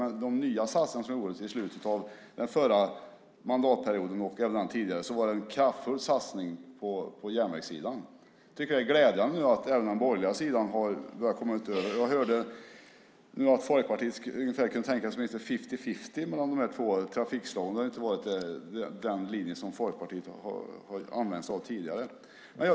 Men de nya satsningar som gjordes i slutet av den förra mandatperioden och även tidigare var en kraftfull satsning på järnvägssidan. Jag tycker att det är glädjande nu att även den borgerliga sidan har kommit över. Jag hörde att Folkpartiet kunde tänka sig fifty-fifty mellan de två trafikslagen. Det har inte varit den linje som Folkpartiet har använt sig av tidigare.